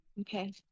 Okay